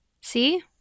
see